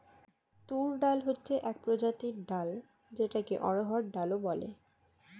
তুর ডাল হচ্ছে এক প্রজাতির ডাল যেটাকে অড়হর ডাল ও বলে